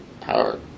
Power